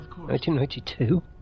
1992